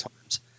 times